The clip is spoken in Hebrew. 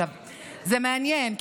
זה מעניין,